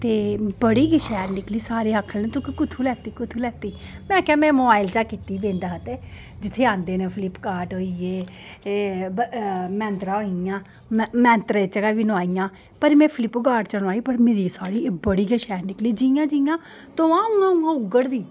ते बड़ी गै शैल निकली सारे आक्खन लगे तू कुत्थूं लैत्ती कुत्थूं लैत्ती में आखेआ में मोवाइल च कीती बिंद ह ते जित्थै औंदे न फ्लिप कार्ट होई गे मैंतरा होई गेइयां मैंतरे च बी नोहाइयां पर मै फ्लिप कार्ट च नोहाई पर मेरी साह्ड़ी बड़ी गै शैल निकली जि'यां जि'यां धोआं उ'आं उ'आं उघड़दी